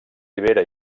ribera